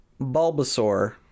Bulbasaur